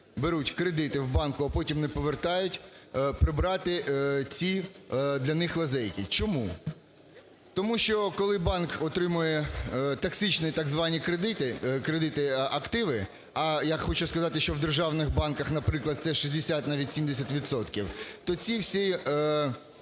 беруть кредити в банку, а потім не повертають, прибрати ці для них лазейки. Чому? Тому що, коли банк отримує "токсичні" так звані кредити-активи. А я хочу сказати, що в державних банках, наприклад це 60 навіть